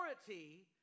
authority